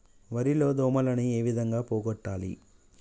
వరి లో దోమలని ఏ విధంగా పోగొట్టాలి?